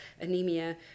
anemia